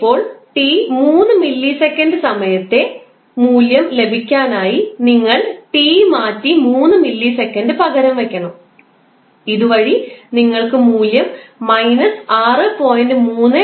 ഇപ്പോൾ t 3 millisecond സമയത്തെ മൂല്യം ലഭിക്കാനായി നിങ്ങൾ t മാറ്റി 3 മില്ലി സെക്കൻഡ് പകരം വയ്ക്കണം ഇതുവഴി നിങ്ങൾക്ക് മൂല്യം മൈനസ് 6